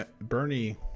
bernie